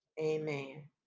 Amen